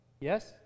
Yes